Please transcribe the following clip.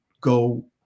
go